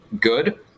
good